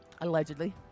Allegedly